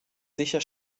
sicher